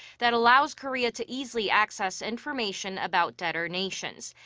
that allows korea to easily access information about debtor nations.